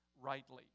rightly